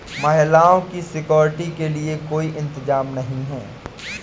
महिलाओं की सिक्योरिटी के लिए कोई इंतजाम नहीं है